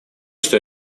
что